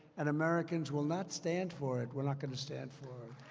and americans will not stand for it. we're not going to stand for it.